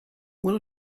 will